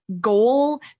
goal